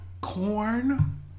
Corn